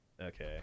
Okay